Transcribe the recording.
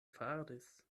faris